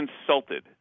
insulted